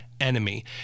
enemy